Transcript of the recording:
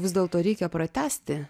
vis dėlto reikia pratęsti